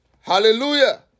Hallelujah